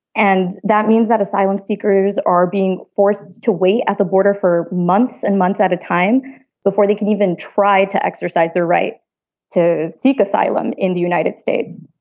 and that means that asylum seekers are being forced to wait at the border for months and months at a time before they can even try to exercise their right to seek. in the united states.